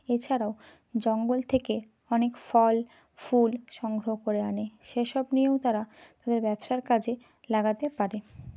এছাড়াও জঙ্গল থেকে অনেক ফল ফুল সংগ্রহ করে আনে সে সব নিয়েও তারা তাদের ব্যবসার কাজে লাগাতে পারে